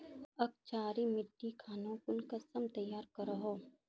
क्षारी मिट्टी खानोक कुंसम तैयार करोहो?